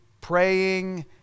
praying